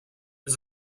his